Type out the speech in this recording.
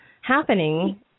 happening